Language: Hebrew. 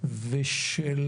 ושל